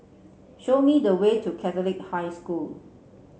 show me the way to Catholic High School